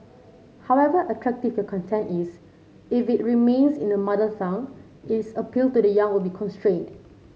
however attractive your content is if it remains in the mother tongue its appeal to the young will be constrained